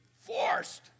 forced